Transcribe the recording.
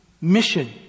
mission